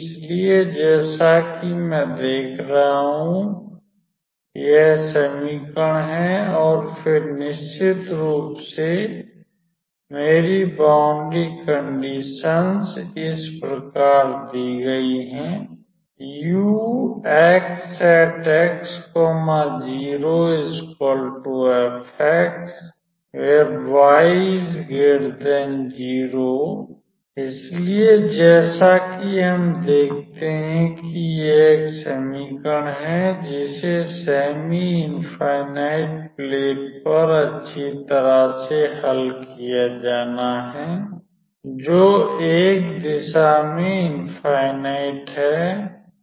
इसलिए जैसा कि मैं देख रहा हूं यह समीकरण है और फिर निश्चित रूप से मेरी बाउंडरी कंडिशन्स इस प्रकार दी गई हैं इसलिए जैसा कि हम देखते हैं कि यह एक समीकरण है जिसे सेमी इंफाइनाइट प्लेट पर अच्छी तरह से हल किया जाना है जो एक दिशा में इंफाइनाइट है